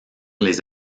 les